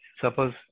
Suppose